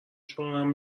شوهرم